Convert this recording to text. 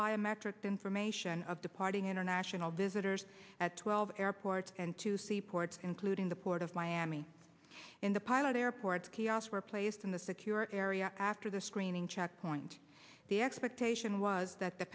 biometric information of departing international visitors at twelve airports and two seaports including the port of miami in the pilot airports chaos were placed in the secure area after the screening checkpoint the expectation was that the